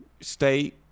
state